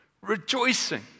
rejoicing